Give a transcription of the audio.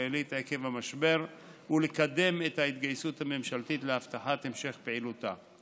הישראלית עקב המשבר ולקדם את ההתגייסות הממשלתית להבטחת המשך פעילותה.